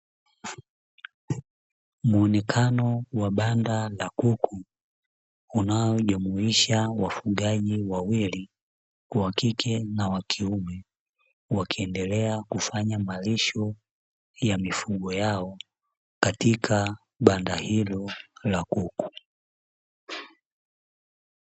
Muonekano wa banda la kuku, unaojumuisha wafugaji wawili, (wa kike na wa kiume), wakiendelea kufanya malisho ya mifugo yao, katika banda hilo la kuku.